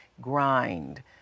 grind